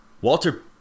Walter